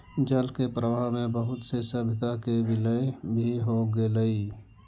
जल के प्रवाह में बहुत से सभ्यता के विलय भी हो गेलई